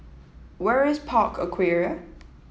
where is Park Aquaria